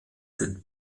sind